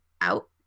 out